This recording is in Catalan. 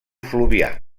fluvià